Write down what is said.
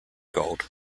gold